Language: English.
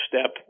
step